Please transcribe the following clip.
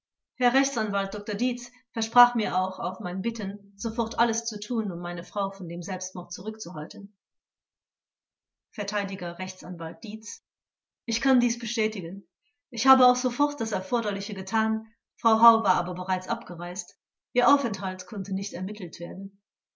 herr rechtsanwalt dr dietz versprach mir auch auf mein bitten sofort alles zu tun um meine frau von dem selbstmord zurückzuhalten verteidiger rechtsanwalt dietz ich kann dies bestätigen ich habe auch sofort das erforderliche getan frau hau war aber bereits abgereist ihr aufenthalt konnte nicht ermittelt werden